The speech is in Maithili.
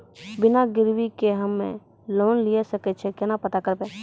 बिना गिरवी के हम्मय लोन लिये सके छियै केना पता करबै?